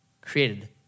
created